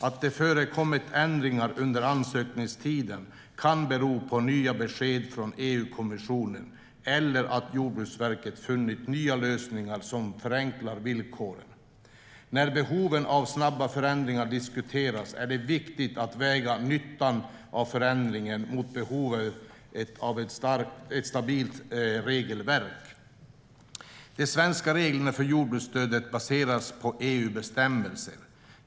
Att det förekommit ändringar under ansökningstiden kan bero på nya besked från EU-kommissionen eller att Jordbruksverket funnit nya lösningar som förenklar villkoren. När behovet av snabba förändringar diskuteras är det viktigt att väga nyttan av förändringen mot behovet av ett stabilt regelverk. De svenska reglerna för jordbruksstöden baseras på EU-bestämmelser.